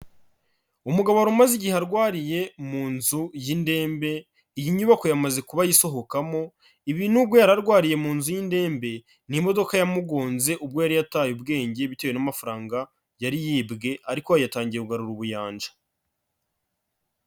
Umugabo wari umaze igihe arwariye mu nzu y'indembe, iyi nyubako yamaze kuba ayisohokamo, ibi nubwo yari arwariye mu nzu y'indembe, ni imodoka yamugonze ubwo yari yataye ubwenge bitewe n'amafaranga yari yibwe ariko aha yatangiye kugarura ubuyanja.